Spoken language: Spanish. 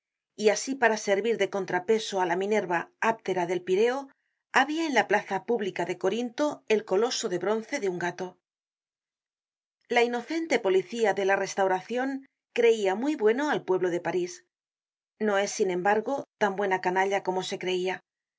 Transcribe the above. y asi para servir de contrapeso á la minerva áptera del pireo habia en la plaza pública de corinto el coloso de bronce de un gato la inocente policía de la restauracion creia muy bueno al pueblo de parís no es sin embargo tan buena canalla como se creia el